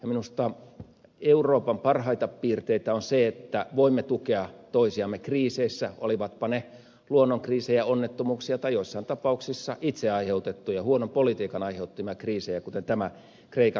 minusta euroopan parhaita piirteitä on se että voimme tukea toisiamme kriiseissä olivatpa ne luonnonkriisejä onnettomuuksia tai joissain tapauksissa itse aiheutettuja huonon politiikan aiheuttamia kriisejä kuten tämä kreikan kriisi